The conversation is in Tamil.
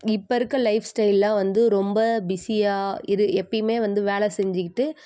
இப்போ இருக்க லைஃப் ஸ்டைல்லாம் வந்து ரொம்ப பிஸியாக இது எப்பயுமே வந்து வேலை செஞ்சிக்கிட்டு